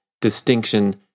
distinction